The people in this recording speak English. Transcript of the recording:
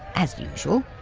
as usual.